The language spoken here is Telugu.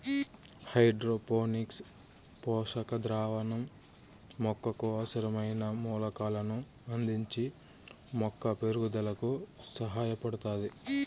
హైడ్రోపోనిక్స్ పోషక ద్రావణం మొక్కకు అవసరమైన మూలకాలను అందించి మొక్క పెరుగుదలకు సహాయపడుతాది